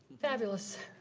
fabulous.